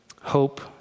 hope